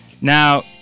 Now